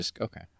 Okay